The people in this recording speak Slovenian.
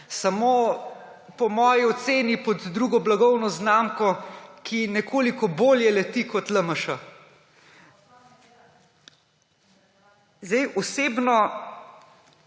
samo, po moji oceni, pod drugo blagovno znamko, ki nekoliko bolje leti kot LMŠ. Osebno